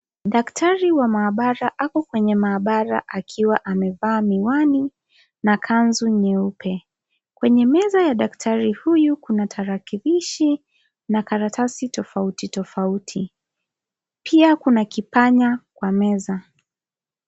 Daktari wa maabara ako kwenye maabara akiwa amevaa miwani na kanzu nyeupe. Kwenye meza ya daktari huyu kuna tarakilishi na karatasi tofauti tofauti pia kuna kipanya kwa meza.